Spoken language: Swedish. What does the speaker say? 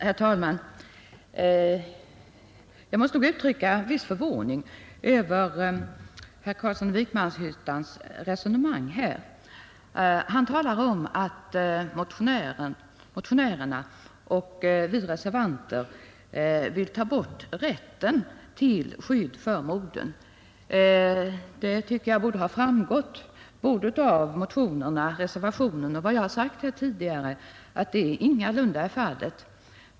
Herr talman! Jag måste nog uttrycka en viss förvåning över herr Carlssons i Vikmanshyttan resonemang. Han talar om att motionärerna och vi reservanter vill ta bort rätten till skydd för modern. Det borde ha framgått både av motionen, reservationen och av vad jag sagt tidigare att det ingalunda är fallet.